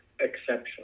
exception